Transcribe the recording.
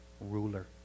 ruler